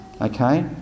Okay